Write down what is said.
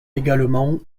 également